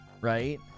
Right